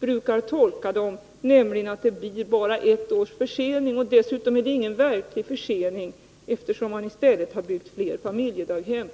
brukar tolka dem, nämligen att det blir bara ett års försening och att det dessutom inte är någon verklig försening, eftersom man i stället har byggt fler familjedaghem.